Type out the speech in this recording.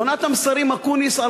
מכונת המסרים אקוניס,